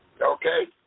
Okay